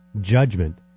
judgment